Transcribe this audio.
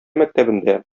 мәктәбендә